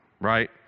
right